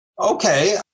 okay